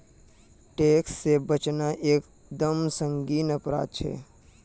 tax से बचना एक दम संगीन अपराध छे